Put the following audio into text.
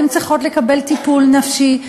הן צריכות לקבל טיפול נפשי.